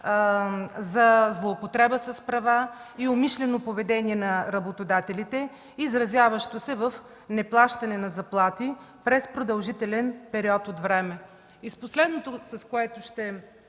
за злоупотреба с права и умишлено поведение на работодателите, изразяващо се в неплащане на заплати през продължителен период от време.